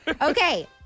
Okay